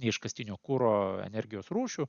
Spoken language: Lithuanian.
ne iškastinio kuro energijos rūšių